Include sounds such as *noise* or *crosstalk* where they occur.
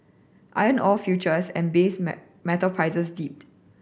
iron ore futures and base *unintelligible* metal prices dipped